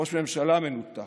ראש ממשלה מנותק.